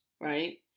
right